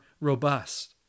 robust